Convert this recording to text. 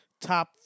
top